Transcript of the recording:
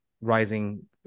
rising